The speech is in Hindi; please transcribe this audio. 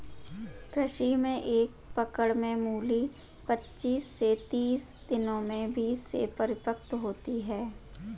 कृषि में एक पकड़ में मूली पचीस से तीस दिनों में बीज से परिपक्व होती है